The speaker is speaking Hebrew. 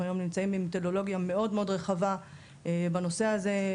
אנחנו היום נמצאים במתודולוגיה מאוד מאוד רחבה בנושא הזה.